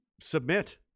submit